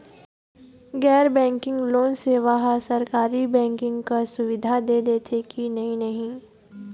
गैर banking loan सेवा हा सरकारी बैंकिंग कस सुविधा दे देथे कि नई नहीं?